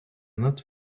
not